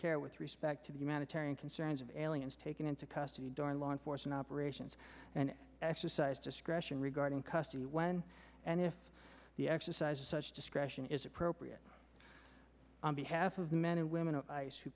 care with respect to the humanitarian concerns of aliens taken into custody during law enforcement operations and exercise discretion regarding custody when and if the exercise of such discretion is appropriate on behalf of men and women